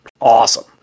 awesome